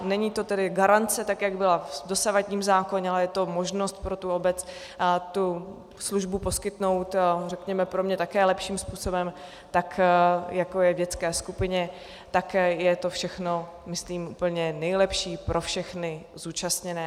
Není to tedy garance, jak byla v dosavadním zákoně, ale je to možnost pro obec tu službu poskytnout, řekněme pro mě také lepším způsobem, tak jako je v dětské skupině, tak je to všechno myslím úplně nejlepší pro všechny zúčastněné.